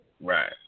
Right